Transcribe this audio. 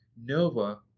NOVA